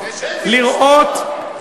לראות,